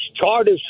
charter